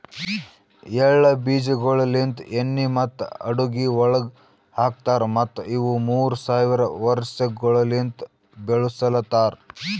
ಎಳ್ಳ ಬೀಜಗೊಳ್ ಲಿಂತ್ ಎಣ್ಣಿ ಮತ್ತ ಅಡುಗಿ ಒಳಗ್ ಹಾಕತಾರ್ ಮತ್ತ ಇವು ಮೂರ್ ಸಾವಿರ ವರ್ಷಗೊಳಲಿಂತ್ ಬೆಳುಸಲತಾರ್